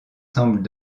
semblent